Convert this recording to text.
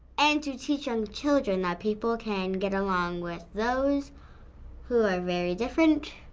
and to teach young children that people can get along with those who are very different